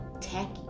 tacky